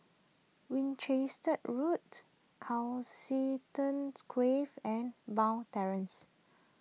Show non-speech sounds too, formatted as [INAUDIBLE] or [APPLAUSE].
Winchester Road [UNINTELLIGIBLE] Grove and Bond Terrace